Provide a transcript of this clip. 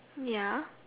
ya